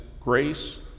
Grace